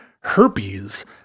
herpes